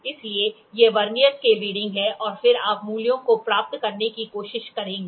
इसलिए ये vernier scale reading हैं और फिर आप मूल्यों को प्राप्त करने की कोशिश करेंगे